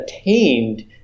attained